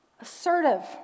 Assertive